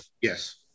yes